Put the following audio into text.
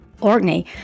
Orkney